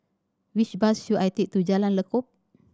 which bus should I take to Jalan Lekub